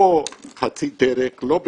לא חצי דרך, לא בקצת,